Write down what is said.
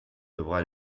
devra